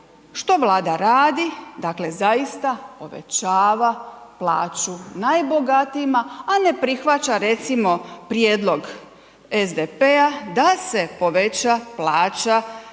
što Vlada radi?, dakle zaista povećava plaću najbogatijima, a ne prihvaća recimo prijedlog SDP-a da se poveća plaća